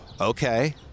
okay